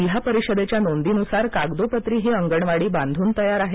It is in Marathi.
जिल्हा परिषदेच्या नोर्दीनुसार कागदोपत्री ही अंगणवाडी बांधून तयार तर आहे